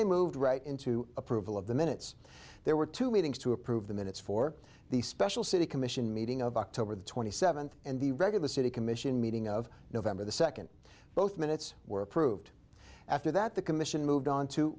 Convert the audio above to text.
they moved right into approval of the minutes there were two meetings to approve the minutes for the special city commission meeting of october the twenty seventh and the regular city commission meeting of november the second both minutes were approved after that the commission